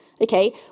okay